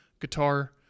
guitar